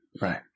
right